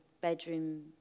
bedroom